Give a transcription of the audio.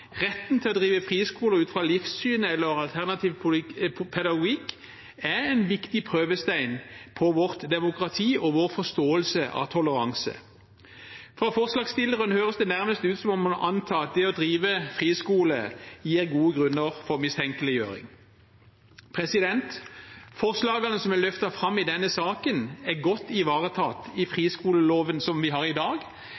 retten til å drive friskoler ut fra livssyn eller alternativ pedagogikk er en viktig prøvestein på vårt demokrati og vår forståelse av toleranse. Fra forslagsstilleren høres det nærmest ut som om man må anta at det å drive friskole gir gode grunner for mistenkeliggjøring. Forslagene som er løftet fram i denne saken, er godt ivaretatt i